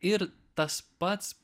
ir tas pats